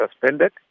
suspended